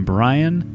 Brian